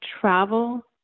travel